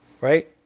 Right